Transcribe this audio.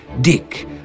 Dick